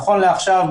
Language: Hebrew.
נכון לעכשיו,